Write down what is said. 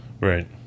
Right